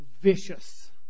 vicious